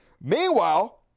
meanwhile